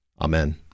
Amen